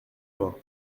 main